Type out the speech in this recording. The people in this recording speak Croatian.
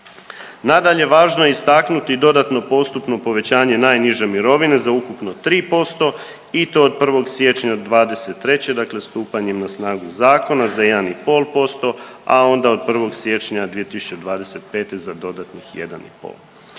Nadalje, važno je istaknuti dodatno postupno povećanje najniže mirovine za ukupno 3% i to od 1. siječnja '23., dakle stupanjem na snagu zakona za 1,5%, a onda od 1. siječnja 2025. za dodatnih 1,5.